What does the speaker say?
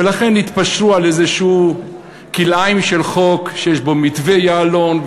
ולכן התפשרו על איזשהו חוק כלאיים שיש בו מתווה יעלון,